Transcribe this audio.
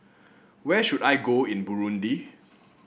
where should I go in Burundi